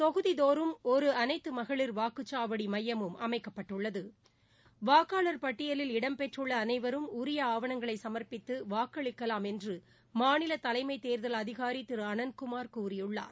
தொகுதி தோறும் ஒரு அனைத்து மகளிர் வாக்குச்சாவடி மையமும் அமைக்கப்பட்டுள்ளது வாக்காள் பட்டியலில் இடம்பெற்றுள்ள அனைவரும் உரிய ஆவணங்களை சம்ப்பித்து வாக்களிக்கலாம் என்று மாநில தலைமை தேர்தல் அதிகாரி திரு அனந்த்குமார் கூறியுள்ளார்